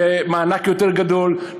במענק גדול יותר,